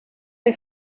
les